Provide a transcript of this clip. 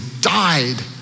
died